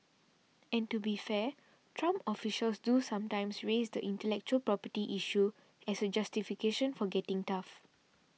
and to be fair Trump officials do sometimes raise the intellectual property issue as a justification for getting tough